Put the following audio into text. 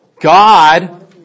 God